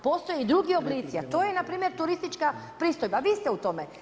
Postoje i drugi oblici a to je na primjer turistička pristojba, Vi ste u tome.